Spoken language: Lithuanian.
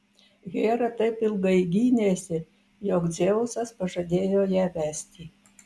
hera taip ilgai gynėsi jog dzeusas pažadėjo ją vesti